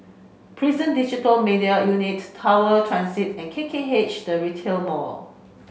Prison Digital Media Unit Tower Transit and K K H The Retail Mall